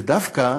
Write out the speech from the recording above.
ודווקא